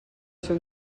ser